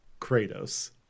Kratos